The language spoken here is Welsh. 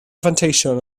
fanteision